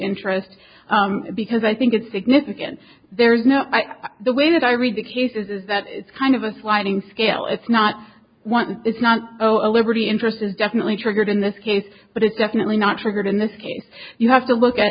interest because i think it's significant there is no i the way that i read the cases is that it's kind of us winding scale it's not one it's not a liberty interest is definitely triggered in this case but it's definitely not triggered in this case you have to look at